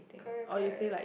correct correct